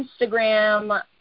Instagram